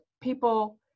people